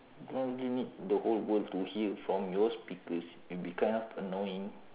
don't give me the whole world to hear from your speakers it will be kind of annoying